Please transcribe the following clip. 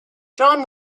john